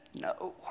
no